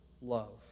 love